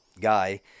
guy